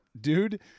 Dude